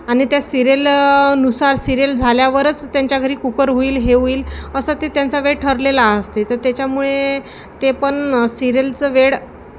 आणि त्या सिरेल नुसार सिरिल झाल्यावरच त्यांच्या घरी कुकर होईल हे होईल असं ते त्यांचा वेळ ठरलेला असते तर त्याच्यामुळे ते पण सिरेलचं वेड